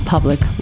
Public